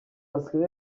abasirikare